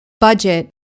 Budget